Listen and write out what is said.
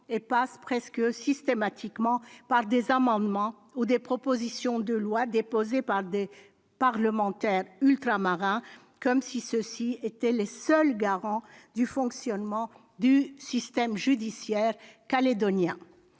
et passent presque systématiquement par des amendements ou des propositions de loi déposées par des parlementaires ultramarins, comme si ceux-ci étaient les seuls garants du fonctionnement du système judiciaire calédonien.